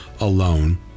alone